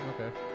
Okay